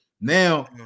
now